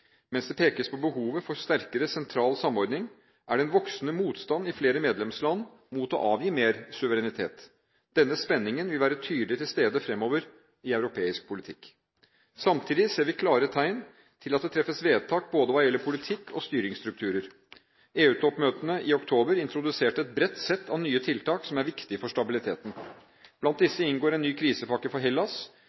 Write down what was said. Mens det pekes på behovet for sterkere sentral samordning, er det en voksende motstand i flere medlemsland mot å avgi mer suverenitet. Denne spenningen vil være tydelig til stede fremover i europeisk politikk. Samtidig ser vi klare tegn til at det treffes vedtak, hva gjelder både politikk og styringsstrukturer. EU-toppmøtene i oktober introduserte et bredt sett av nye tiltak som er viktige for stabiliteten. Blant disse inngår en ny krisepakke for Hellas,